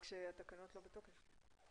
רק שהתקנות לא בתוקף.